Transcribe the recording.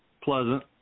pleasant